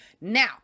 Now